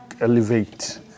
elevate